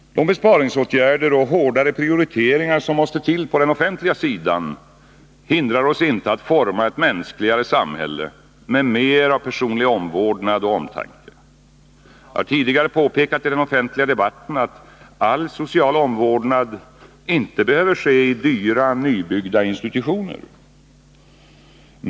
De besparingsåtgärder och hårdare prioriteringar som måste till på den offentliga sidan hindrar oss inte från att forma ett mänskligare samhälle, med mer av personlig omvårdnad och omtanke. Jag har tidigare påpekat i den offentliga debatten att all social omvårdnad inte behöver ske i dyra, nybyggda institutioner.